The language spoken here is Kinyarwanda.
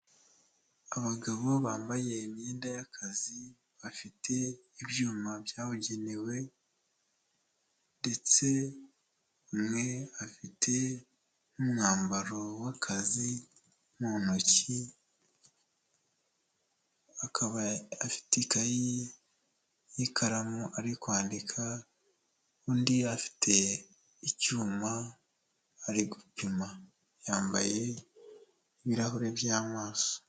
Abagabo bambaye imyenda y'akazi bafite ibyuma byabugenewe ndetse umwe afite nk'umwambaro w'akazi mu ntoki, akaba afite ikayi n'ikaramu ari kwandika, undi afite icyuma ari gupima yambaye ibirahuri by'amaso.